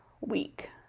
week